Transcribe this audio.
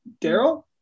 Daryl